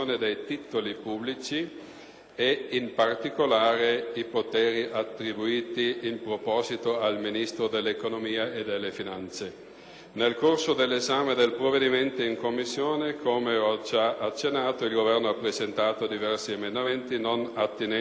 e, in particolare, i poteri attribuiti in proposito al Ministro dell'economia e delle finanze. Nel corso dell'esame del provvedimento in Commissione, come ho già accennato, il Governo ha presentato diversi emendamenti non attinenti a proroghe di termini